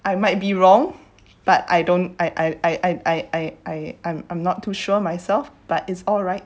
I might be wrong but I don't I I I I I I'm I'm not too sure myself but it's alright